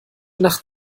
nacht